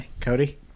Cody